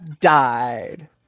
died